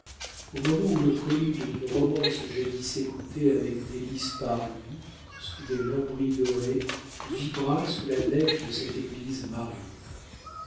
au moment où le prélude d'une romance jadis écoutée avec délices par lui sous des lambris dorés vibra sous la nef de cette église marine